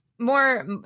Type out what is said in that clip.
More